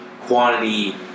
quantity